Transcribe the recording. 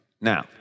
Now